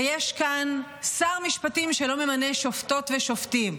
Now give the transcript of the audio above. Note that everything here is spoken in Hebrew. ויש כאן שר משפטים שלא ממנה שופטות ושופטים.